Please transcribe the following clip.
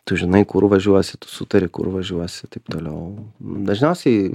tu žinai kur važiuosi tu sutari kur važiuosi taip toliau dažniausiai